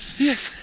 yes.